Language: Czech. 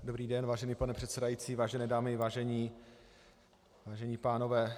Dobrý den, vážený pane předsedající, vážené dámy, vážení pánové.